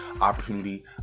opportunity